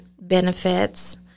benefits